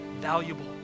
valuable